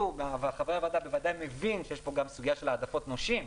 וחברי הוועדה בוודאי מבינים שיש פה גם סוגיה של העדפות נושים.